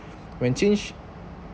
when change